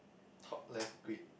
top left grid